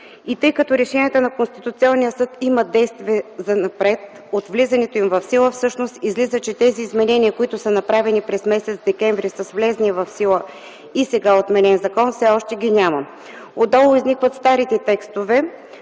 Тъй като решението на Конституционния съд има действия занапред от влизането им в сила, всъщност излиза, че тези изменения, които са направени през м. декември са влезли в сила и сега е отменен законът, все още ги няма. Отдолу изникват старите текстове,